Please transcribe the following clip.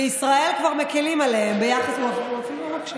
בישראל כבר מקילים עליהם, הוא אפילו לא מקשיב,